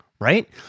Right